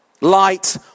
Light